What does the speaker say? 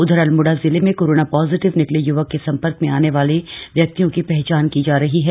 उधर अल्मोड़ा जिले में कोरोना पॉजिटिव निकले युवक के संपर्क में आने वाले व्यक्तियों की पहचान की जा रही है